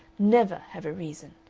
never have a reason.